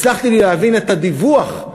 הצלחתי להבין את הדיווח,